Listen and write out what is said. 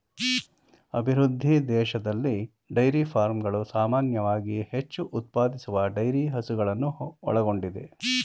ಅಭಿವೃದ್ಧಿ ದೇಶದಲ್ಲಿ ಡೈರಿ ಫಾರ್ಮ್ಗಳು ಸಾಮಾನ್ಯವಾಗಿ ಹೆಚ್ಚು ಉತ್ಪಾದಿಸುವ ಡೈರಿ ಹಸುಗಳನ್ನು ಒಳಗೊಂಡಿದೆ